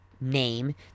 name